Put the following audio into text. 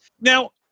Now